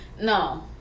no